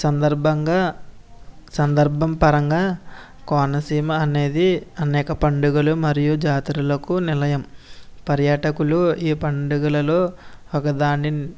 సందర్బంగా సందర్బం పరంగా కోనసీమ అనేది అనేక పండుగలు మరియు జాతరలకు నిలయం పర్యాటకులు ఈ పండుగలలో ఒకదాని